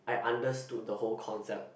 I understood the whole concept